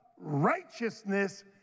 righteousness